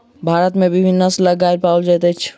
भारत में विभिन्न नस्लक गाय पाओल जाइत अछि